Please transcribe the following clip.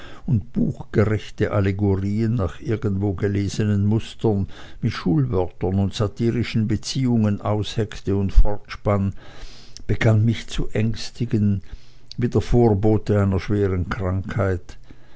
und buchgerechte allegorien nach irgendwo gelesenen mustern mit schulwörtern und satirischen beziehungen ausheckte und fortspann begann mich zu ängstigen wie der vorbote einer schweren krankheit